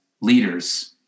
leaders